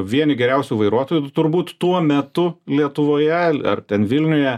vieni geriausių vairuotojų turbūt tuo metu lietuvoje ar ten vilniuje